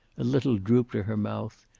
a little droop to her mouth,